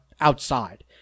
outside